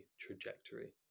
trajectory